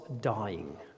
dying